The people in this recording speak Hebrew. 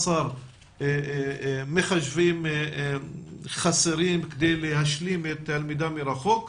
17,000 מחשבים חסרים כדי להשלים את הלמידה מרחוק,